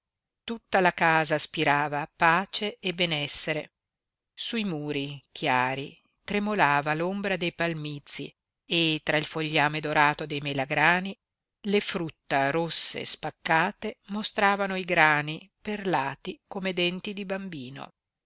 tutta la casa spirava pace e benessere sui muri chiari tremolava l'ombra dei palmizi e tra il fogliame dorato dei melagrani le frutta rosse spaccate mostravano i grani perlati come denti di bambino